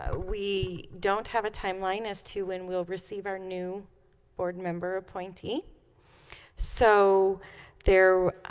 ah we don't have a timeline as to when we'll receive our new board member appointee so there